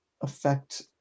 affect